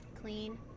clean